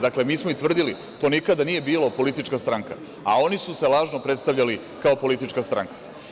Dakle, mi smo i tvrdili da to nikada nije bila politička stranka, a oni su se lažno predstavljali kao politička stranka.